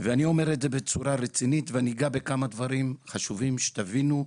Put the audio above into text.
אני אגע בכמה דברים חשובים על מנת שתבינו,